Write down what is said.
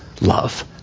love